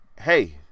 Hey